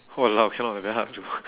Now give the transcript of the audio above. !walao! cannot eh very hard to